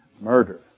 murder